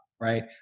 Right